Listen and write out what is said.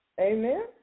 Amen